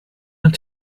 have